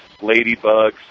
ladybugs